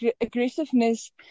aggressiveness